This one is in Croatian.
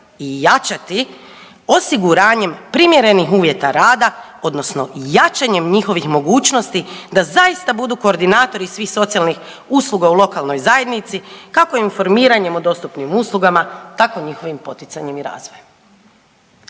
i jačati osiguranjem primjerenih uvjeta rada odnosno jačanjem njihovih mogućnosti da zaista budu koordinatori svih socijalnih usluga u lokalnoj zajednici, kako informiranjem o dostupnim uslugama, tako njihovim poticanjem i razvojem.